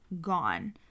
gone